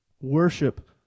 Worship